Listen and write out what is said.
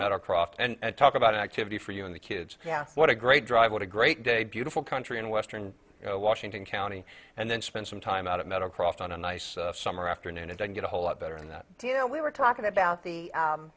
metal croft and talk about an activity for you and the kids yeah what a great drive what a great day beautiful country and western washington county and then spend some time out of metal croft on a nice summer afternoon and i get a whole lot better than that you know we were talking about the